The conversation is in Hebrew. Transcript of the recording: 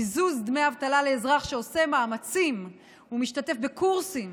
קיזוז דמי אבטלה לאזרח שעושה מאמצים ומשתתף בקורסים